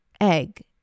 egg